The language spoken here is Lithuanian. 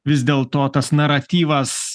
vis dėl to tas naratyvas